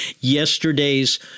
Yesterday's